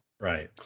Right